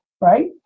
right